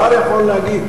השר יכול להגיב,